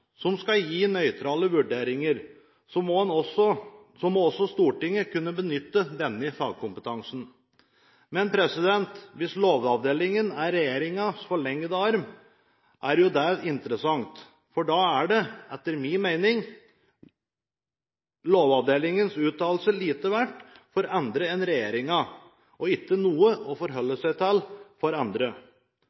som skal gi nøytrale vurderinger, må også Stortinget kunne benytte denne fagkompetansen. Hvis Lovavdelingen er regjeringens forlengede arm, er det interessant, for da er – etter min mening – Lovavdelingens uttalelse lite verdt for andre enn regjeringen og ikke noe å forholde seg til for andre.